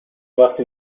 وقتی